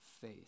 faith